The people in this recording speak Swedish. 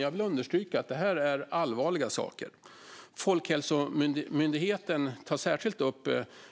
Jag vill understryka att det här är allvarliga saker. Folkhälsomyndigheten tar särskilt upp